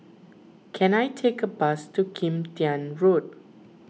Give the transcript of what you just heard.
can I take a bus to Kim Tian Road